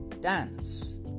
Dance